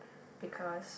because